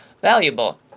valuable